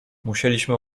musieliśmy